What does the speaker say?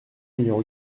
numéro